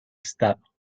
estado